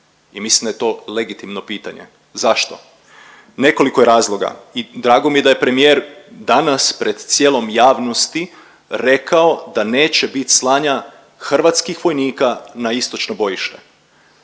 I mislim da je to legitimno pitanje. Zašto? Nekoliko je razloga i drago mi je da je premijer danas pred cijelom javnosti rekao da neće bit slanja hrvatskih vojnika na istočno bojište.